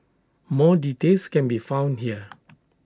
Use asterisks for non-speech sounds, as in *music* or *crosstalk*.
more details can be found here *noise*